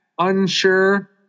Unsure